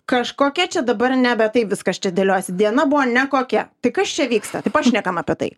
kažkokia čia dabar nebe taip viskas čia dėliojasi diena buvo nekokia tai kas čia vyksta tai pašnekam apie tai